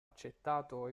accettato